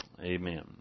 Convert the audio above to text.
amen